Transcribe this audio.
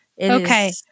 Okay